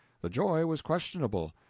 the joy was questionable,